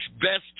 best